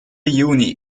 juni